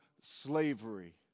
slavery